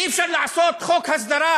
אי-אפשר לעשות חוק הסדרה